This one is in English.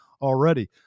already